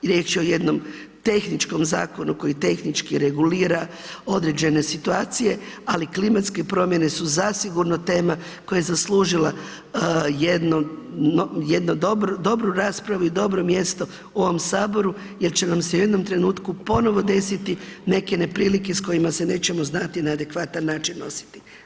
Riječ je o jednom tehničkom zakonu koji tehnički regulira određene situacije, ali klimatske promjene su zasigurno tema koja je zaslužila jednu dobru raspravu i dobro mjesto u ovom saboru jer će nam se u jednom trenutku ponovo desiti neke neprilike s kojima se nećemo znati na adekvatan način nositi.